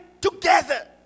together